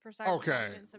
okay